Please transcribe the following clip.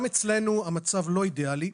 גם אצלנו המצב לא אידיאלי,